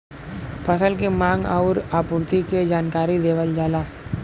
फसल के मांग आउर आपूर्ति के जानकारी देवल जाला